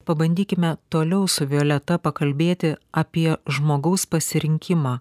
pabandykime toliau su violeta pakalbėti apie žmogaus pasirinkimą